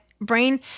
brain